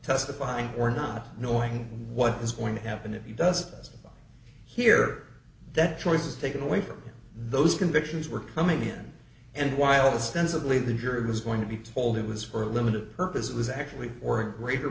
testifying or not knowing what is going to happen if he does here that choice is taken away from those convictions were coming in and while sensibly the jury was going to be told it was for a limited purpose it was actually or greater